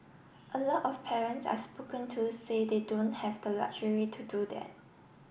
a lot of parents I spoken to say they don't have the luxury to do that